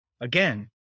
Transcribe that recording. Again